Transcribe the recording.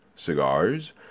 cigars